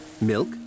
milk